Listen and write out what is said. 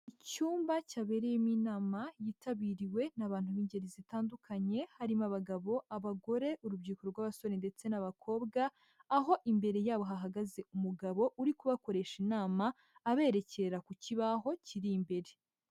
Icyumba cyabereyemo inama yitabiriwe n'abantu b'ingeri zitandukanye harimo abagabo, abagore, urubyiruko rw'abasore ndetse n'abakobwa, aho imbere yabo hahagaze umugabo uri kubakoresha inama, aberekera ku kibaho kiri imbere.